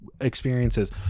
experiences